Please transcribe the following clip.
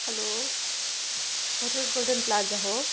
hello hotel golden plaza हो